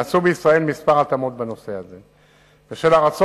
בנושא מספר הנוסעים במונית שירות.